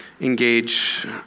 engage